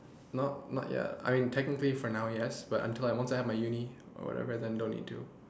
not not yet I mean technically for now yes but until I want to have my uni or whatever then don't need to